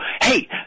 hey